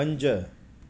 पंज